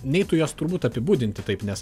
neitų jos turbūt apibūdinti taip nes